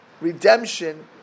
redemption